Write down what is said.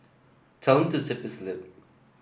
tell him to zip his lip